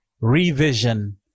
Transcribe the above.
Revision